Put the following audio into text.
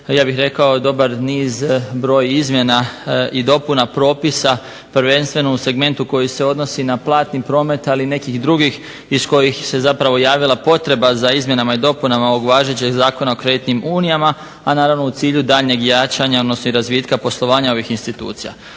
ja bih rekao dobar niz broj izmjena i dopuna propisa prvenstveno u segmentu koji se odnosi na platni promet ali i nekih drugih iz kojih se javila potreba za izmjenama i dopunama ovog važećeg Zakona o kreditnim unijama, a naravno u cilju daljnjeg jačanja odnosno razvitka poslovanja ovih institucija.